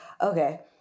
Okay